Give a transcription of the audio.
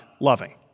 loving